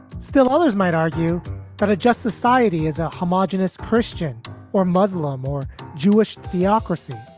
still others might argue that a just society is a homogenous christian or muslim or jewish theocracy